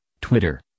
Twitter